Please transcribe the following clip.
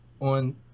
on